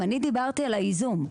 אני דיברתי על הייזום.